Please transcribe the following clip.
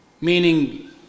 Meaning